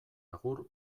agur